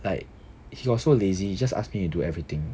like he was so lazy he just ask me to do everything